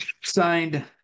signed